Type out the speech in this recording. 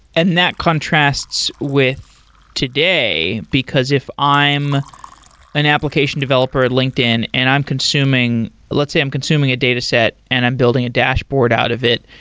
and that contrasts with today, because if i'm an application developer at linkedin and i'm consuming let's say i'm consuming a data set and i'm building a dashboard out of it,